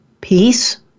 peace